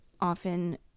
often